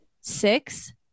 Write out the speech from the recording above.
Six